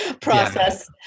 process